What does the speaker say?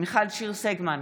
מיכל שיר סגמן,